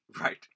right